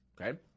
Okay